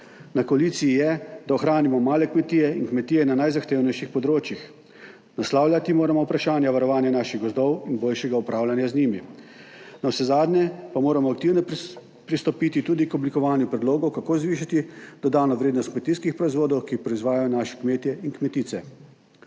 Na koaliciji je, da ohranimo male kmetije in kmetije na najzahtevnejših področjih. Naslavljati moramo vprašanja varovanja naših gozdov in boljšega upravljanja z njimi. Navsezadnje pa moramo aktivno pristopiti tudi k oblikovanju predlogov, kako zvišati dodano vrednost kmetijskih proizvodov, ki proizvajajo naši kmetje in kmetice.